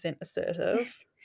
assertive